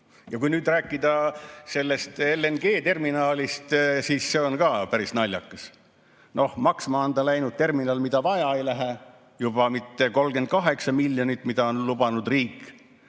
ilusad! Kui nüüd rääkida sellest LNG‑terminalist, siis see on ka päris naljakas. Noh, maksma on läinud terminal, mida vaja ei lähe, mitte 38 miljonit, mida riik on lubanud